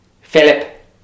Philip